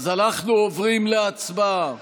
אנחנו עוברים להצבעה